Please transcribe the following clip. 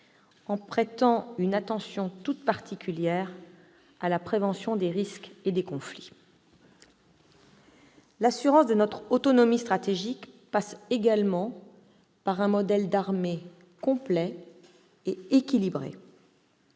en prêtant une attention particulière à la prévention des risques et des conflits. L'assurance de notre autonomie stratégique passe également par un modèle d'armée complet et équilibré.